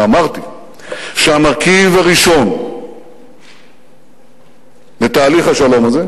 ואמרתי שהמרכיב הראשון בתהליך השלום הזה,